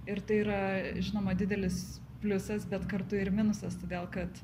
ir tai yra žinoma didelis pliusas bet kartu ir minusas todėl kad